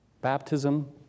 baptism